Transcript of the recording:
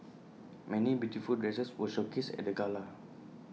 many beautiful dresses were showcased at the gala